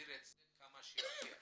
להסדיר את זה כמה שיותר מהר.